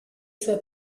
sue